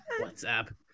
WhatsApp